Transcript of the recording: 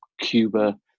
Cuba